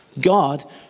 God